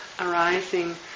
arising